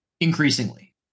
increasingly